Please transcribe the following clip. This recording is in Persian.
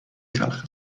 تلخ